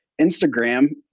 Instagram